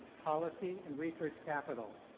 policy, and research capital.